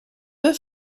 peu